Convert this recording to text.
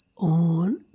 on